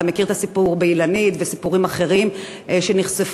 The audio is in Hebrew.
אתה מכיר את הסיפור ב"אילנית" וסיפורים אחרים שנחשפו.